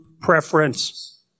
preference